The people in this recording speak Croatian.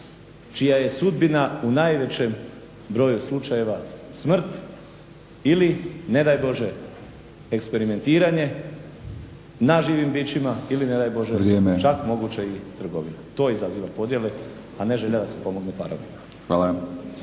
čija je sudbina u najvećem broju slučajeva smrt ili ne daj Bože eksperimentiranje na živim bićima ili ne daj Bože čak moguće i trgovine. **Batinić, Milorad (HNS)** Vrijeme.